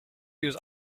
use